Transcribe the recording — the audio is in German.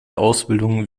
ausbildung